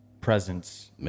presence